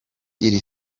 iri